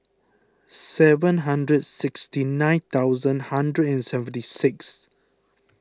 seven hundred sixty nine thousand hundred and seventy six